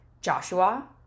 Joshua